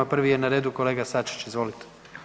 Prvi je na redu kolega Sačić, izvolite.